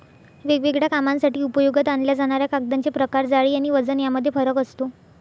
वेगवेगळ्या कामांसाठी उपयोगात आणल्या जाणाऱ्या कागदांचे प्रकार, जाडी आणि वजन यामध्ये फरक असतो